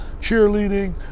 cheerleading